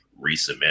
resubmit